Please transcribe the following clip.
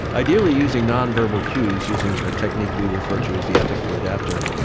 ideally using non-verbal cues, using a technique we refer to as the ethical adapter,